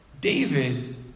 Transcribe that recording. David